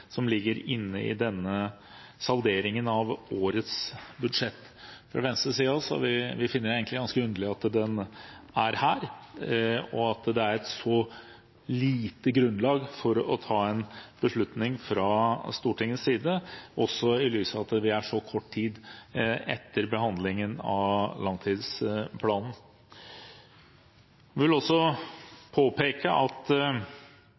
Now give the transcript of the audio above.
som ligger inne i denne salderingen av årets budsjett. Venstre finner det egentlig ganske underlig at den er her, og at det er et så lite grunnlag for å ta en beslutning fra Stortingets side, også i lys av at det er så kort tid siden behandlingen av langtidsplanen. Jeg vil også påpeke at